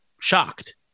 shocked